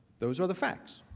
those are the facts.